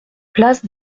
place